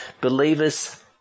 believers